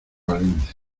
valencia